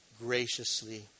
graciously